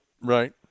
Right